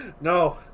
No